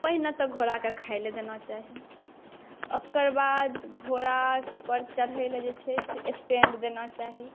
पहिले तऽ घोड़ाके खाइलए देना चाही ओकर बाद घोड़ापर चढ़ैलए जे छै से स्टैण्ड देना चाही